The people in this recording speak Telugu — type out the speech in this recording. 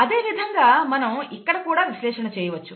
అదేవిధంగా మనం ఇక్కడ కూడా విశ్లేషణ చేయవచ్చు